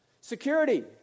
Security